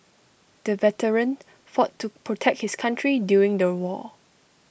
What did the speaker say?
the veteran fought to protect his country during the war